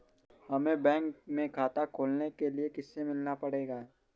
हमे बैंक में खाता खोलने के लिए किससे मिलना पड़ेगा?